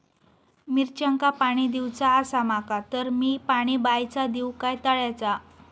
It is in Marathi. मिरचांका पाणी दिवचा आसा माका तर मी पाणी बायचा दिव काय तळ्याचा?